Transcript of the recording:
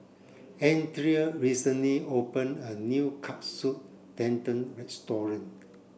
Andria recently opened a new Katsu Tendon restaurant